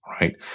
right